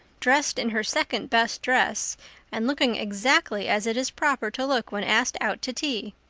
dressed in her second-best dress and looking exactly as it is proper to look when asked out to tea.